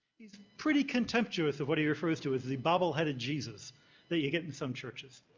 he's pretty contemptuous of what he refers to as the bubble-headed jesus that you get in some churches.